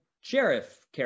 sheriff